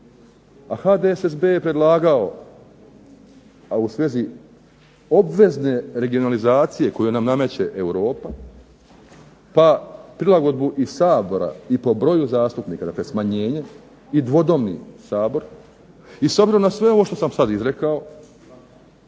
a HDSSB je predlagao a u svezi obvezne regionalizacije koju nam nameće Europa, pa prilagodbu i Sabora i po broju zastupnika, dakle smanjenje i dvodomni Sabor i s obzirom na sve ovo što sam sad izrekao,